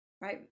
Right